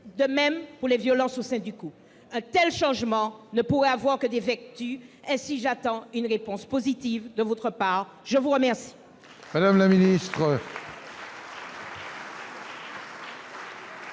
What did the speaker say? de même pour les violences au sein du couple ? Un tel changement ne pourrait avoir que des vertus. Aussi j'attends une réponse positive de votre part ! La parole